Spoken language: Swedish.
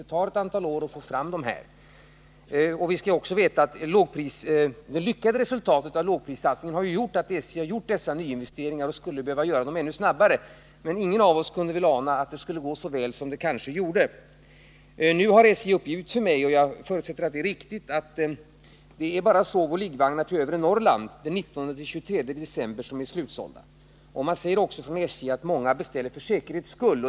Det kommer alltså att ta ett antal år innan vi fått fram dessa vagnar. Det lyckade resultatet av lågprissatsningen har föranlett SJ att göra dessa nyinvesteringar. De borde kanske ha gjorts ännu snabbare. Men ingen av oss kunde väl ana att det skulle gå så bra som det gjort. Nu har SJ uppgivit för mig — och jag förutsätter att det är riktigt — att det bara är sovoch liggvagnar till övre Norrland den 19-23 december som är fullbelagda. Man säger också från SJ:s sida att många beställer för säkerhets skull.